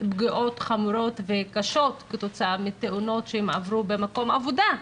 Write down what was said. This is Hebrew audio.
פגיעות חמורות וקשות כתוצאה מתאונות שהם עברו במקום העבודה.